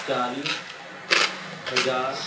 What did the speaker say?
ਚਾਲੀ ਹਜ਼ਾਰ